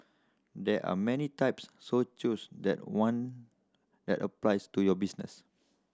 there are many types so choose the one that applies to your business